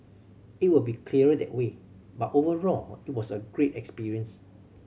it will be clearer that way but overall it was a great experience